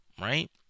Right